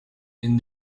and